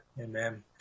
Amen